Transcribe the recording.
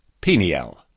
Peniel